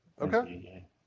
okay